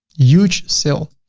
huge sale.